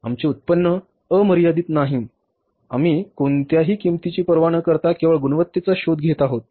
आमचे उत्पन्न अमर्यादित नाही आम्ही कोणत्याही किंमतीची पर्वा न करता केवळ गुणवत्तेचा शोध घेत आहोत